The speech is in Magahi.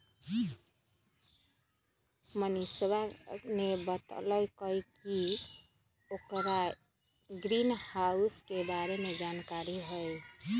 मनीषवा ने बतल कई कि ओकरा ग्रीनहाउस के बारे में जानकारी हई